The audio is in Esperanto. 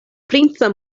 princa